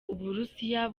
uburusiya